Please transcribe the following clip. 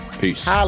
Peace